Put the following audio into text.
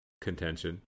contention